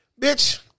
bitch